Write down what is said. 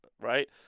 right